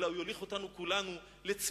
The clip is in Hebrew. אלא הוא יוליך אותנו כולנו לצמיחה,